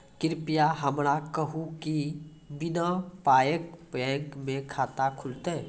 कृपया हमरा कहू कि बिना पायक बैंक मे खाता खुलतै?